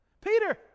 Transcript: Peter